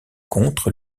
contre